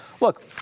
Look